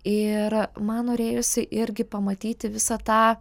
ir man norėjosi irgi pamatyti visą tą